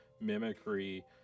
mimicry